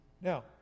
Now